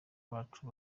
bacu